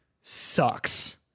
sucks